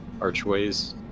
archways